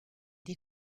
des